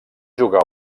jugar